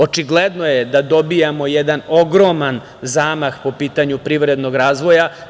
Očigledno je da dobijamo jedan ogroman zamah po pitanju privrednog razvoja.